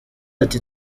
ati